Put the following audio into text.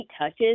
touches